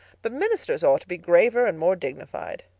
but ministers ought to be graver and more dignified.